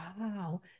Wow